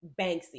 banksy